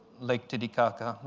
lake titicaca,